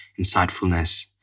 insightfulness